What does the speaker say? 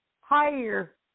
higher